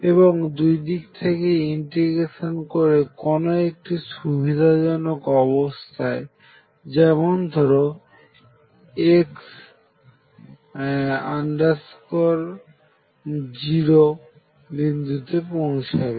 এবং দুই দিক থেকেই ইন্ট্রিগেশন করে কোন একটি সুবিধাজনক অবস্থান যেমন ধরো x 0 বিন্দুতে পৌঁছাবে